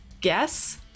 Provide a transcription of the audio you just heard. guess